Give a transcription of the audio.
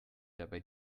dabei